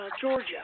Georgia